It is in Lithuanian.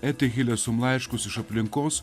etihile sum laiškus iš aplinkos